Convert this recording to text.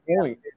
point